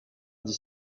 dix